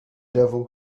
devil